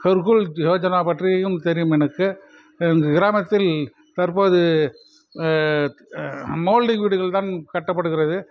ஹெர்குல் யோஜனா பற்றியும் தெரியும் எனக்கு எங்கள் கிராமத்தில் தற்போது மோல்டிங் வீடுகள் தான் கட்டப்படுகிறது